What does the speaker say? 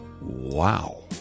Wow